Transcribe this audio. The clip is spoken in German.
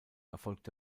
erfolgte